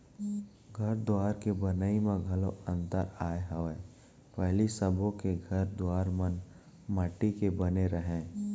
घर दुवार के बनई म घलौ अंतर आय हवय पहिली सबो के घर दुवार मन माटी के बने रहय